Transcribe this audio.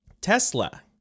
Tesla